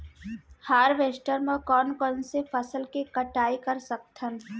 Harvester म कोन कोन से फसल के कटाई कर सकथन?